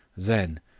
then,